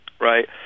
Right